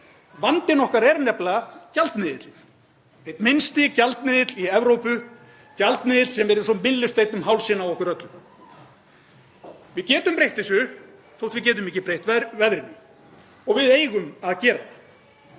Vandinn okkar er nefnilega gjaldmiðillinn, einn minnsti gjaldmiðill í Evrópu, gjaldmiðill sem er eins og myllusteinn um hálsinn á okkur öllum. Við getum breytt þessu þótt við getum ekki breytt veðrinu og við eigum að gera það.